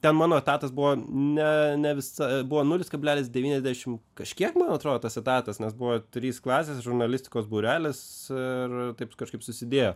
ten mano etatas buvo ne ne visa buvo nulis kablelis devyniasdešim kažkiek man atrodo tas etatas nes buvo trys klasės žurnalistikos būrelis ir taip kažkaip susidėjo